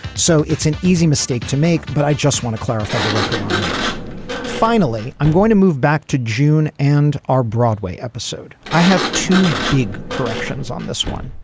so it's an easy mistake to make, but i just want to clarify the record on that finally, i'm going to move back to june and are broadway episode. i have two big corrections on this one.